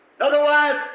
Otherwise